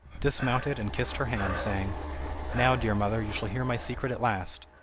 dismounted and kissed her hand, saying now, dear mother, you shall hear my secret at last!